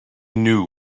knew